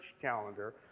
calendar